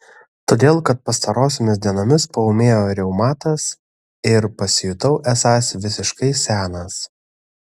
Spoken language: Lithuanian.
todėl kad pastarosiomis dienomis paūmėjo reumatas ir pasijutau esąs visiškai senas